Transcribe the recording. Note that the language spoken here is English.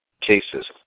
cases